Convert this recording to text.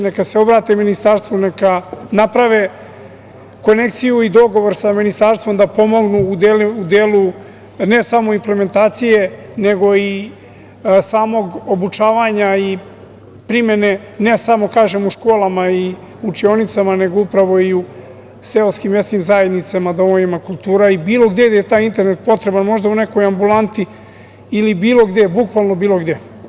Neka se obrate ministarstvu, neka naprave konekciju i dogovor sa ministarstvom da pomognu u delu ne samo implementacije, nego i samog obučavanja i primene ne samo, kažem, u školama i učionicama, nego upravo i u seoskim mesnim zajednicama, domovima kulture i bilo gde gde je taj internet potreban, možda u nekoj ambulanti ili bilo gde, bukvalno bilo gde.